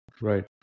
Right